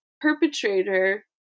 perpetrator